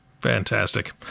Fantastic